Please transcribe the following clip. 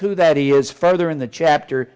who that he is further in the chapter